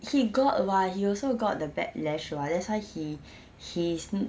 he what he also got the backlash [what] that's why he he's